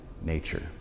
nature